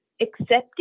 accepting